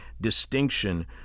distinction